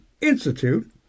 Institute